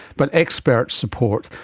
but expert support,